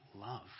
love